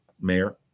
mayor